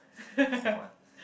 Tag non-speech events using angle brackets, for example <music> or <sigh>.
<laughs>